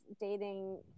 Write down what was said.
dating